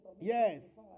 yes